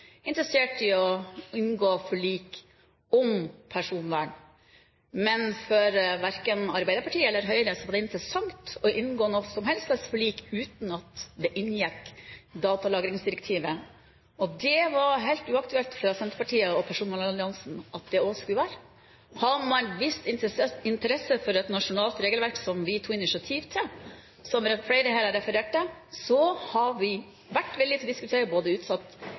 interessert i å inngå forlik om personvern. Men verken for Arbeiderpartiet eller Høyre var det interessant å inngå noe som helst slags forlik uten at datalagringsdirektivet inngikk, og det var helt uaktuelt for Senterpartiet og personvernalliansen at det skulle være slik. Hadde man vist interesse for et nasjonalt regelverk, som vi tok initiativ til, som flere her har referert til, hadde vi vært villig til å diskutere både utsatt